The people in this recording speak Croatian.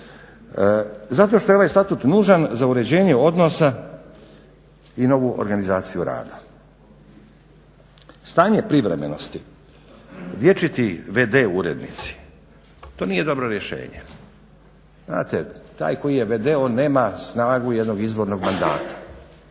zato što je ovaj statut nužan za uređenje odnosa i novu organizaciju rada. Stanje privremenosti, vječiti vd urednici to nije dobro rješenje. Znate, taj koji je vd on nema snagu jednog izvornog mandata,